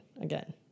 again